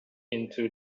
into